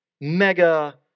mega